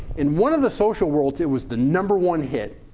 in one of the social worlds, it was the number one hit.